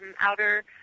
outer